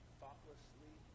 thoughtlessly